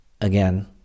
again